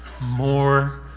more